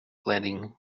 landing